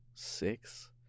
Six